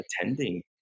attending